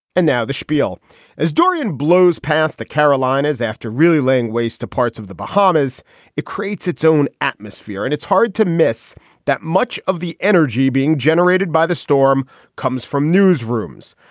and now the spiel as dorian blows past the carolinas after really laying waste to parts of the bahamas it creates its own atmosphere atmosphere and it's hard to miss that much of the energy being generated by the storm comes from newsrooms.